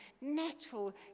natural